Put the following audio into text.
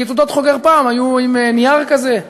כי תעודות חוגר פעם היו מנייר כזה,